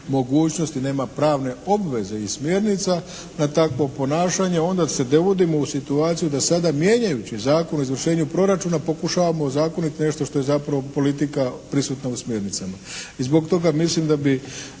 mogućnosti, nema pravne obveze i smjernica na takvo ponašanje onda se dovodimo u situaciju da sada mijenjajući Zakon o izvršenju proračuna pokušavamo ozakoniti nešto što je zapravo politika prisutna u smjernicama. I zbog toga mislim da bi